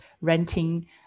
renting